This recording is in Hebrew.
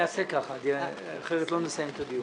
נעשה ככה אחרת לא נסיים את הדיון: